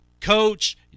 coach